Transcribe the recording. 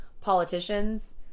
politicians